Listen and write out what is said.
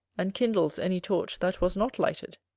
and kindles any torch that was not lighted.